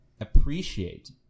appreciate